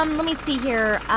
um let me see here.